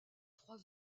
trois